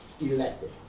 elected